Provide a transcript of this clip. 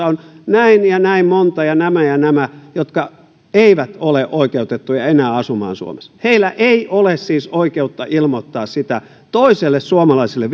on näin ja näin monta ja nämä ja nämä jotka eivät enää ole oikeutettuja asumaan suomessa heillä ei siis ole oikeutta ilmoittaa sitä toiselle suomalaiselle